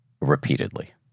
Repeatedly